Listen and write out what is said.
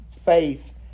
faith